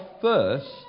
first